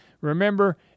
Remember